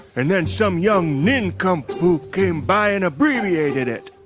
and then some young nincompoop came by and abbreviated it.